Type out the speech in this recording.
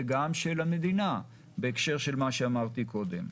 זה גם של המדינה בהקשר של מה שאמרתי קודם.